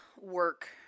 work